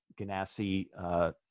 Ganassi